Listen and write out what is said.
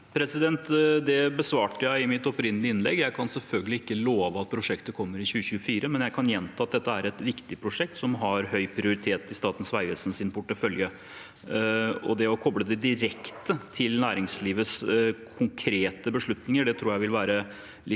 Det besvarte jeg i mitt første innlegg. Jeg kan selvfølgelig ikke love at prosjektet kommer i 2024, men jeg kan gjenta at det er et viktig prosjekt som har høy prioritet i Statens vegvesens portefølje. Det å koble det direkte til næringslivets konkrete beslutninger tror jeg vil være litt